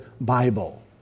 Bible